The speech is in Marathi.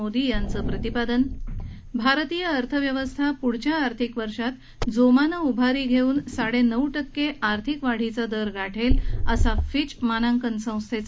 मोदी यांचं प्रतिपादन भारतीय अर्थव्यवस्था पुढच्या आर्थिक वर्षात पुन्हा जोमानं उभारी धेऊन साडेनऊ टक्के आर्थिक वाढीचा दर गाठेल असा फिचचा